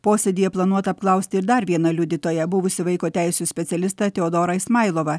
posėdyje planuota apklausti ir dar vieną liudytoją buvusį vaiko teisių specialistą teodorą ismailovą